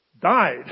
died